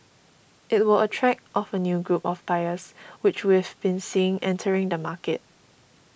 it will attract of a new group of buyers which we've been seeing entering the market